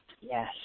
Yes